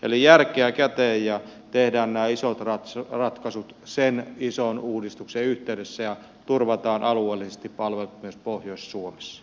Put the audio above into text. eli järkeä käteen ja tehdään nämä isot ratkaisut sen ison uudistuksen yhteydessä ja turvataan alueellisesti palvelut myös pohjois suomessa